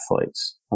athletes